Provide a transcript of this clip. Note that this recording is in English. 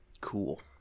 Cool